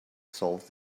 solved